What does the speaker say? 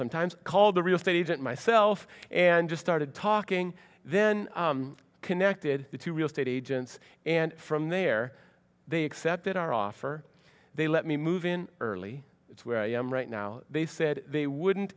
sometimes called the real studies it myself and just started talking then connected to real estate agents and from there they accepted our offer they let me move in early where i am right now they said they wouldn't